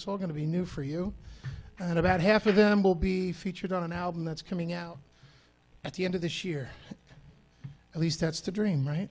it's all going to be new for you and about half of them will be featured on an album that's coming out at the end of this year at least that's to dream right